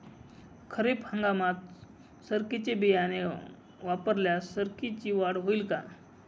खरीप हंगामात सरकीचे बियाणे वापरल्यास सरकीची वाढ होईल का?